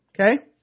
okay